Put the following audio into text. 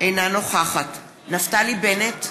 אינה נוכחת נפתלי בנט,